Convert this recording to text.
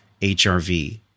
HRV